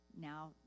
now